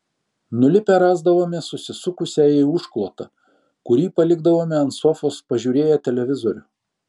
nulipę rasdavome susisukusią į užklotą kurį palikdavome ant sofos pažiūrėję televizorių